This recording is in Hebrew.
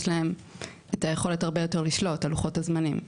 יש להם יכולת רבה יותר לשלוט בלוחות הזמנים,